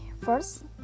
first